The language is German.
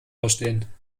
verstehen